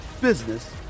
business